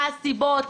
מה הסיבות,